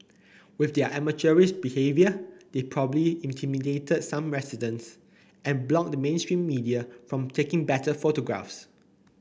with their amateurish behaviour they probably intimidated some residents and blocked the mainstream media from taking better photographs